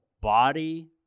body